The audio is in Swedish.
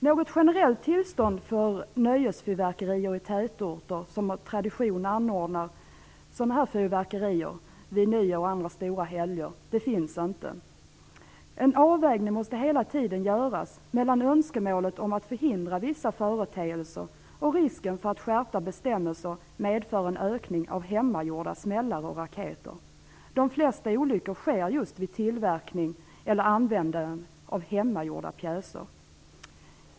Något generellt tillstånd för nöjesfyrverkerier i tätorter som av tradition anordnas vid nyår och andra stora helger finns inte. En avvägning måste hela tiden göras mellan önskemålet att förhindra vissa företeelser och risken för att skärpta bestämmelser medför en ökning av hemmagjorda smällare och raketer. De flesta olyckor sker just vid tillverkning eller användning av hemmagjorda pjäser.